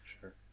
sure